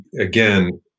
Again